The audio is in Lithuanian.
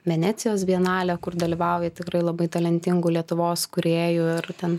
venecijos bienalė kur dalyvauja tikrai labai talentingų lietuvos kūrėjų ir ten